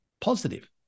positive